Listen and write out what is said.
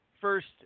first